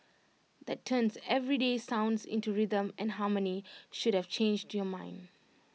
that turns everyday sounds into rhythm and harmony should have changed your mind